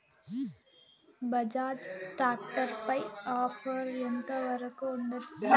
Bajaj tractor పై offer ఎంత వరకు ఉండచ్చు?